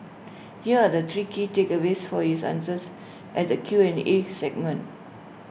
here are the three key takeaways for his answers at the Q and A segment